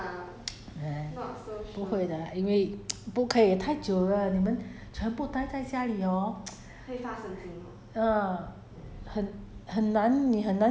因为你是说 if 可能太多 case ah !aiya! 不会的 lah 因为 不可以太久了你们全部待在家里 hor